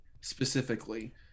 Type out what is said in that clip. specifically